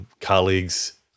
colleagues